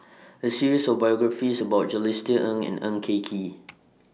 A series of biographies about Jules Itier Ng and Eng K Kee